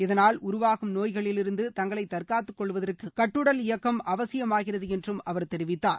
இதனால் உருவாகும் நோய்களிலிருந்து தங்களை தற்காத்துக் கொள்வதற்கு கட்டுடல் இயக்கம் அவசியமாகிறது என்றும் அவர் தெரிவித்தார்